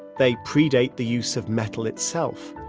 they predate the use of metal itself,